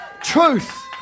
truth